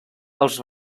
els